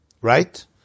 Right